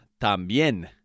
también